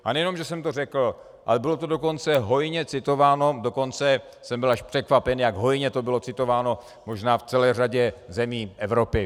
A nejen že jsem to řekl, ale bylo to dokonce hojně citováno, dokonce jsem byl až překvapen, jak hojně to bylo citováno možná v celé řadě zemí Evropy.